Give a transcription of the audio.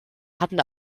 hatten